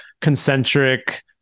concentric